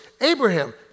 Abraham